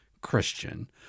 Christian